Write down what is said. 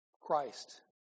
Christ